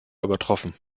übertroffen